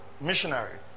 missionary